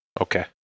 Okay